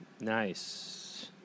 Nice